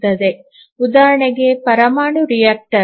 ಉದಾಹರಣೆಗೆ ಅದರಲ್ಲಿ ಪರಮಾಣು ರಿಯಾಕ್ಟರ್